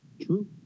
true